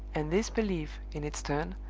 and this belief, in its turn,